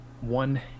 one